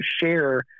share